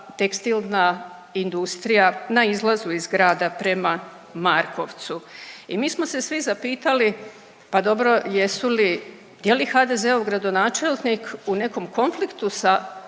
tekstilna industrija na izlazu iz grada prema Markovcu i mi smo se svi zapitali pa dobro jesu li, je li HDZ-ov gradonačelnik u nekom konfliktu sa